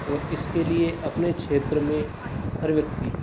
और इसके लिए अपने क्षेत्र में हर व्यक्ति